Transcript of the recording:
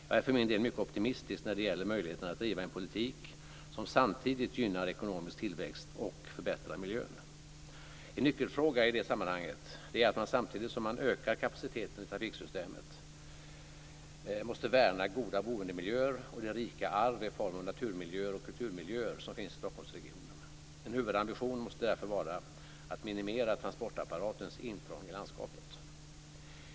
Jag är för min del mycket optimistisk när det gäller möjligheterna att driva en politik som samtidigt gynnar ekonomisk tillväxt och förbättrar miljön. En nyckelfråga i sammanhanget är att man samtidigt som man ökar kapaciteten i trafiksystemet måste värna goda boendemiljöer och det rika arv i form av naturmiljöer och kulturmiljöer som finns i Stockholmsregionen. En huvudambition måste därför vara att minimera transportapparatens intrång i landskapet.